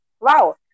Wow